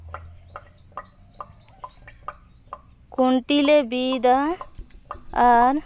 ᱠᱷᱩᱱᱴᱤ ᱞᱮ ᱵᱤᱫᱟ ᱟᱨ